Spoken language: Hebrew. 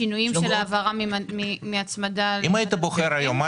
שינויים של העברה מהצמדה ל --- אם היית בוחר היום,